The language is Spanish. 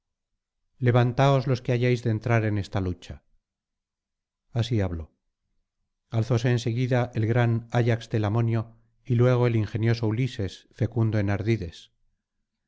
levantaos los que hayáis de entrar en esta lucha así habló alzóse en seguida el gran ayax telamonio y luego el ingenioso ulises fecundo en ardides